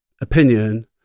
opinion